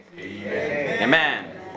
Amen